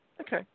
Okay